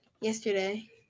yesterday